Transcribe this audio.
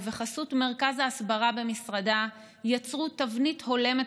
ובחסות מרכז ההסברה במשרדה יצרו תבנית הולמת